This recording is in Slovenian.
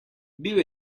bil